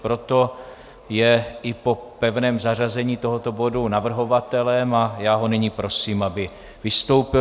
Proto je i po pevném zařazení tohoto bodu navrhovatelem a já ho nyní prosím, aby vystoupil.